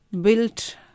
built